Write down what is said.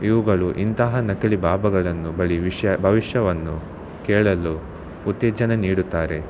ಇವುಗಳು ಇಂತಹ ನಕಲಿ ಬಾಬಾಗಳನ್ನು ಬಳಿ ವಿಷ್ಯ ಭವಿಷ್ಯವನ್ನು ಕೇಳಲು ಉತ್ತೇಜನ ನೀಡುತ್ತಾರೆ